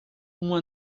uma